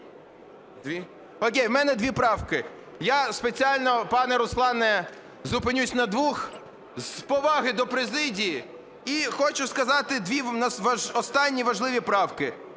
О'кей у мене дві правки. Я спеціально, пане Руслане, зупинюсь на двох, з поваги до президії, і хочу сказати дві останні важливі правки.